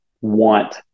want